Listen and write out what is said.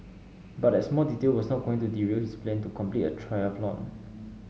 but that small detail was not going to derail his plan to complete a triathlon